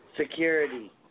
Security